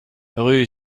rue